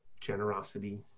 Generosity